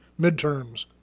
midterms